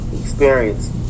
experience